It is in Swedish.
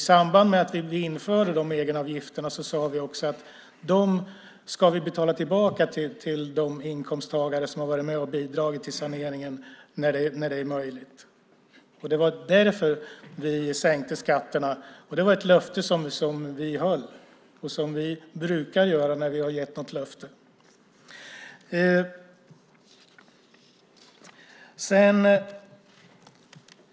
I samband med att vi införde egenavgifterna sade vi att när det är möjligt ska vi betala tillbaka dem till de inkomsttagare som varit med och bidragit till saneringen. Det var därför vi sänkte skatterna. Det var ett löfte som vi också höll. Vi brukar hålla våra löften när vi ger dem.